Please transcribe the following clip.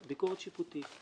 ביקורת שיפוטית.